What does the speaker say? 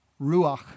ruach